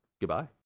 Goodbye